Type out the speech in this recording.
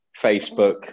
Facebook